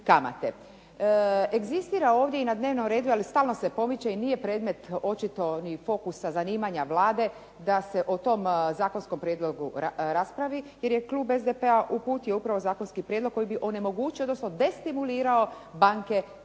Egzistira ovdje na dnevnom redu, ali se stalno se pomiče, ali nije predmet očito ni fokusa zanimanja Vlade, da se o tome zakonskom prijedlogu raspravi, jer je klub SDP-a uputio zakonski prijedlog koji bi onemogućio, odnosno destimulirao banke